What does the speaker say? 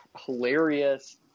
hilarious